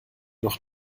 noch